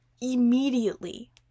immediately